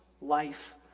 life